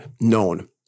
known